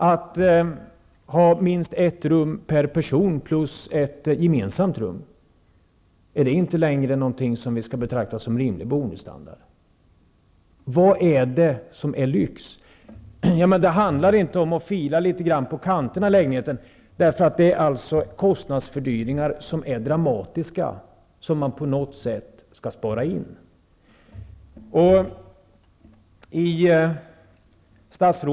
Att ha minst ett rum per person plus ett gemensamt rum, är det inte längre någonting som vi skall betrakta som rimlig boendestandard? Vad är det som är lyx? Det handlar inte längre om att fila litet grand på kanterna, för det är dramatiska kostnadsfördyringar som man på något sätt skall spara in.